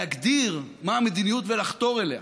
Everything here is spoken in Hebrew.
להגדיר מה המדיניות ולחתור אליה,